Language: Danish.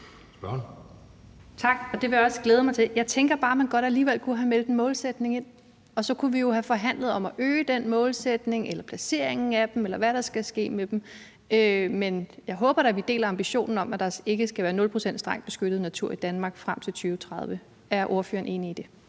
Tak. Og det vil jeg også glæde mig til. Jeg tænker bare, at man godt alligevel kunne have meldt en målsætning ind, og så kunne vi jo have forhandlet om at øge den målsætning eller om placeringen af naturnationalparkerne, eller hvad der skal ske med dem; men jeg håber da, at vi deler ambitionen om, at der ikke skal være 0 pct. strengt beskyttet natur i Danmark frem til 2030. Er ordføreren enig i det?